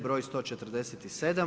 br. 147.